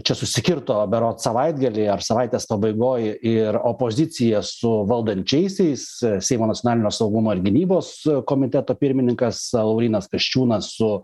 čia susikirto berods savaitgalį ar savaitės pabaigoj ir opozicija su valdančiaisiais seimo nacionalinio saugumo ir gynybos komiteto pirmininkas laurynas kasčiūnas su